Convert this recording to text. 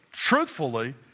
truthfully